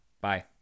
Bye